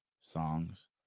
Songs